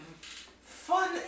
fun